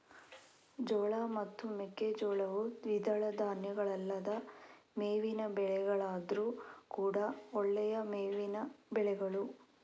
ಜೋಳ ಮತ್ತು ಮೆಕ್ಕೆಜೋಳವು ದ್ವಿದಳ ಧಾನ್ಯಗಳಲ್ಲದ ಮೇವಿನ ಬೆಳೆಗಳಾದ್ರೂ ಕೂಡಾ ಒಳ್ಳೆಯ ಮೇವಿನ ಬೆಳೆಗಳು